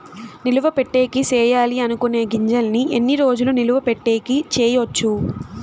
నిలువ పెట్టేకి సేయాలి అనుకునే గింజల్ని ఎన్ని రోజులు నిలువ పెట్టేకి చేయొచ్చు